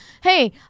Hey